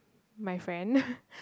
my friend